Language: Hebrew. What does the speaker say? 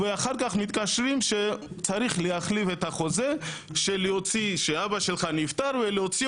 ואחר כך מתקשרים שצריך להחליף את החוזה שאבא שלך נפטר להוציא